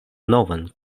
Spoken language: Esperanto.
novan